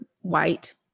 white